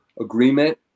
agreement